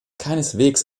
keineswegs